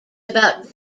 about